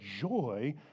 joy